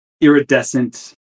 iridescent